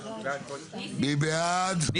הצבעה בעד,